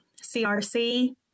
CRC